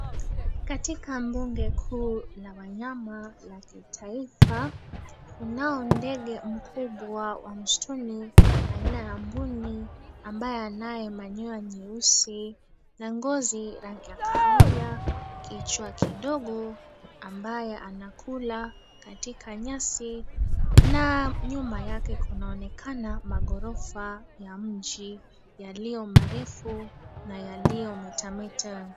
Katika mbuga kuu la wanyama la Kitaifa kunao ndege wakubwa wa msituni aina ya mbuni ambaye anaye manyoya nyeusi na ngozi rangi ya kahawia. Kichwa kidogo ambaye anakula katika nyasi na nyuma yake kunaonekana maghorofa ya mji yaliyo marefu na yaliyo metameta.